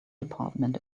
department